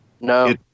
No